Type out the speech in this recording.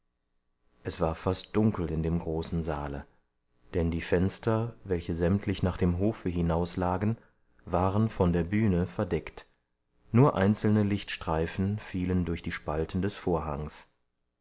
es war fast dunkel in dem großen saale denn die fenster welche sämtlich nach dem hofe hinaus lagen waren von der bühne verdeckt nur einzelne lichtstreifen fielen durch die spalten des vorhangs